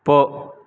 போ